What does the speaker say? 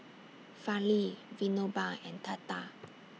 Fali Vinoba and Tata